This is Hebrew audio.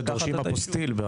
או שדורשים אפוסטיל.